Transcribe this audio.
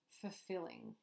fulfilling